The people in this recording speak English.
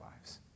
lives